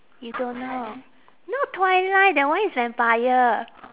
you don't know not twilight that one is vampire